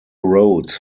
roads